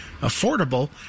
Affordable